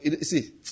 see